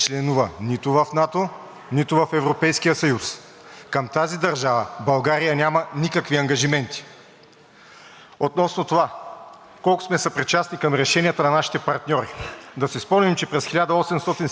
Относно това колко сме съпричастни към решенията на нашите партньори. Да си спомним, че през 1879 г., Берлинският конгрес, нашите партньори поискаха България да бъде разделена на три части, българското землище и българската нация.